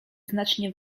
znacznie